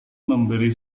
memberi